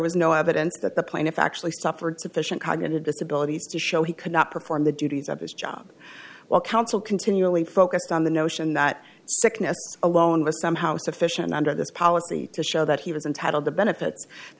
was no evidence that the plaintiff actually suffered sufficient cognitive disability to show he could not perform the duties of his job while counsel continually focused on the notion that sickness alone was somehow sufficient under this policy to show that he was entitled to benefits the